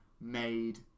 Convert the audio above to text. made